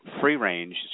free-range